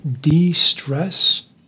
de-stress